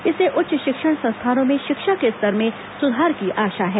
इससे उच्च शिक्षण संस्थानों में शिक्षा के स्तर में सुधार की आशा है